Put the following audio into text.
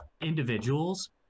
individuals